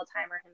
timer